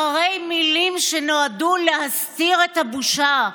הררי מילים שנועדו להסתיר את הבושה,